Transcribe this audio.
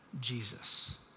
Jesus